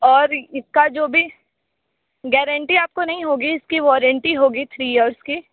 और इसका जो भी गारंटी आपको नहीं होगी इसकी वारंटी होगी थ्री इयर्स की